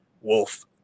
Wolf